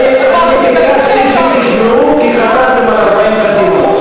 אני ביקשתי שתשמעו, כי חתמתם 40 חתימות.